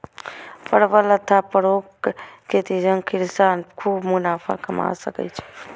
परवल अथवा परोरक खेती सं किसान खूब मुनाफा कमा सकै छै